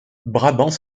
brabant